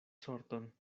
sorton